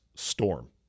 storm